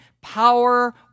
power